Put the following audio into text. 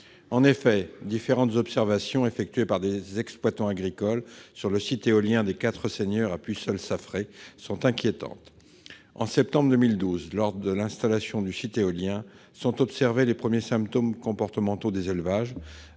En effet, différentes observations effectuées par des exploitants agricoles sur le site éolien des Quatre Seigneurs à Puceul et Saffré sont inquiétantes. En septembre 2012, lors de l'installation du site éolien, sont observés les premiers symptômes comportementaux des élevages,